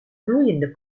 gloeiende